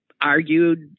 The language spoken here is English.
argued